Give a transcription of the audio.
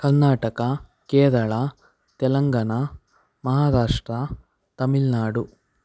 Karnataka Kerala Telangana Maharashtra Tamil Nadu